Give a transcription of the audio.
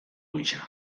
gisa